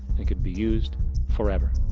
it could be used forever.